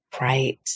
Right